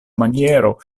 maniero